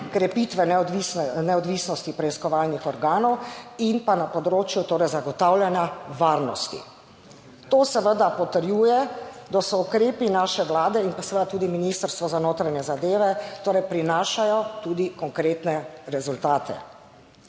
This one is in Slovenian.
krepitve neodvisnosti preiskovalnih organov in pa na področju torej zagotavljanja varnosti. To seveda potrjuje, da so ukrepi naše Vlade in pa seveda tudi Ministrstva za notranje zadeve, torej prinašajo tudi konkretne rezultate.